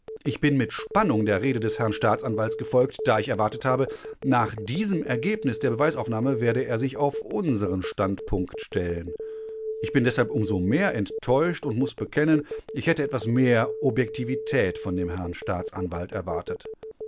ich bin mit spannung der rede des herrn staatsanwalts gefolgt da ich erwartet habe nach diesem ergebnis der beweisaufnahme werde er sich auf unseren standpunkt stellen ich bin deshalb um so mehr enttäuscht und muß bekennen ich hätte etwas mehr objektivität von dem herrn staatsanwalt erwartet